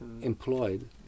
employed